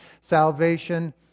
salvation